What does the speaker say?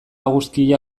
eguzkia